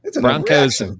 broncos